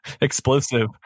explosive